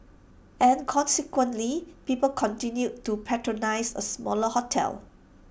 and consequently people continued to patronise A smaller hotel